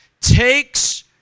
takes